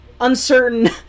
Uncertain